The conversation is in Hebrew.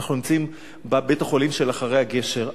אנחנו נמצאים בבית-החולים של אחרי הגשר.